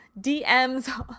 DMs